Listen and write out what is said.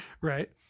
right